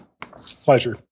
Pleasure